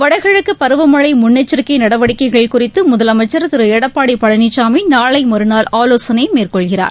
வடகிழக்கு பருவமழை முன்னெச்சரிக்கை நடவடிக்கைகள் குறித்து முதலமைச்சர் திரு எடப்பாடி பழனிசாமி நாளை மறுநாள் ஆலோசனை மேற்கொள்கிறார்